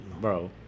bro